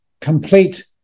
complete